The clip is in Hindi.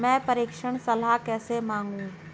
मैं प्रेषण सलाह कैसे मांगूं?